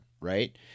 Right